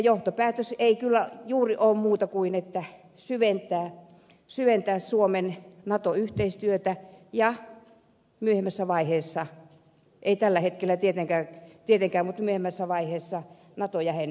johtopäätös ei kyllä juuri ole muuta kuin se että meidän pitää syventää suomen nato yhteistyötä ja myöhemmässä vaiheessa ei tällä hetkellä tietenkään mutta myöhemmässä vaiheessa nato jäsenyys